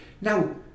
Now